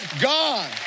God